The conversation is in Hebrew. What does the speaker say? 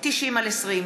90/20,